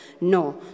No